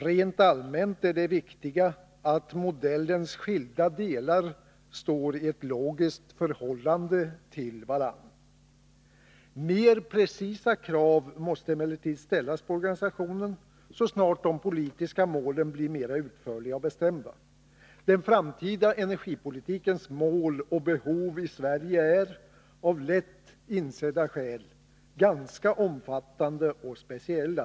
Rent allmänt är det viktiga, att modellens skilda delar står i logiskt förhållande till varandra. Mer precisa krav måste emellertid ställas på organisationen så snart de politiska målen blir mer utförliga och bestämda. Den framtida energipolitikens mål och behov i Sverige är, av lätt insedda skäl, ganska omfattande och speciella.